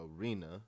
arena